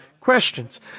questions